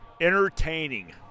entertaining